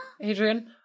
Adrian